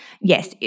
yes